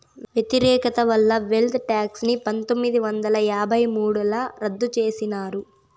వ్యతిరేకత వల్ల wealth tax ని పందొమ్మిది వందల యాభై మూడుల రద్దు చేసినారు